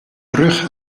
rug